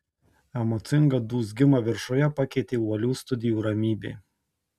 emocingą dūzgimą viršuje pakeitė uolių studijų ramybė